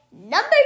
number